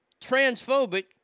transphobic